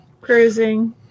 Cruising